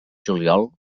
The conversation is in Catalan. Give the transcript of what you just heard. juliol